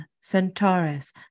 Centaurus